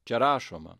čia rašoma